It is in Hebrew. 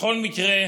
בכל מקרה,